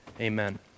Amen